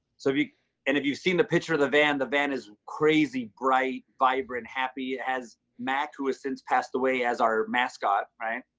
so if you and if you've seen the picture of the van, the van is crazy, bright, vibrant, happy as mac, who has since passed away as our mascot. right?